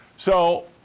so,